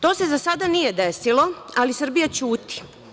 To se za sada nije desilo, ali Srbija ćuti.